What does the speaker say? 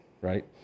right